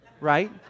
right